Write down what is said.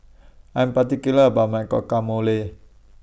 I'm particular about My Guacamole